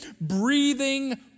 breathing